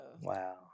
Wow